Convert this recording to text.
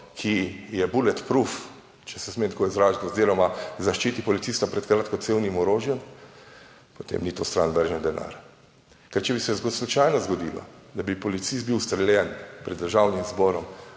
ki je "bulletproof", če se smem tako izraziti, oziroma zaščiti policista pred kratkocevnim orožjem, potem ni to stran vržen denar. Ker, če bi se slučajno zgodilo, da bi policist bil ustreljen pred Državnim zborom,